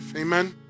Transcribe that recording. Amen